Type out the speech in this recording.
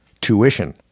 Tuition